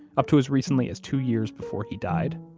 up to as recently as two years before he died.